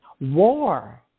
War